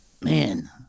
man